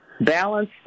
Balance